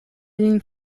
lin